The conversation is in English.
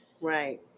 Right